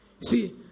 See